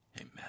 Amen